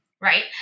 right